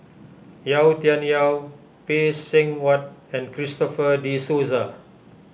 Yau Tian Yau Phay Seng Whatt and Christopher De Souza